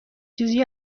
چیزی